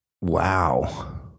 Wow